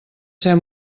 ser